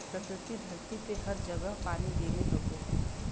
प्रकृति धरती पे हर जगह पानी देले हउवे